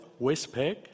Westpac